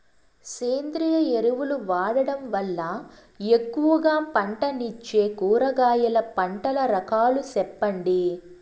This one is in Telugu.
సేంద్రియ ఎరువులు వాడడం వల్ల ఎక్కువగా పంటనిచ్చే కూరగాయల పంటల రకాలు సెప్పండి?